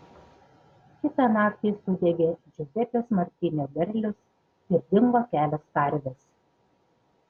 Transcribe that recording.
kitą naktį sudegė džiuzepės martinio derlius ir dingo kelios karvės